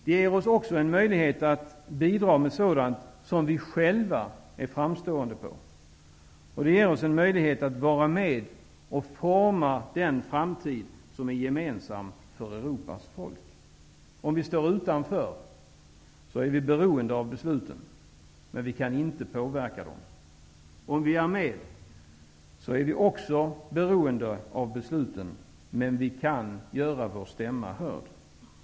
Det ger oss också en möjlighet att bidra på sådana områden där vi är framstående. Det ger oss en möjlighet att vara med och forma den framtid som är gemensam för Om vi står utanför är vi beroende av besluten, utan att kunna påverka dem. Om vi är med är vi också beroende av besluten, men vi kan göra vår stämma hörd.